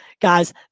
guys